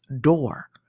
door